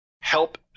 help